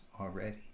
already